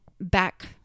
back